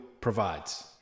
provides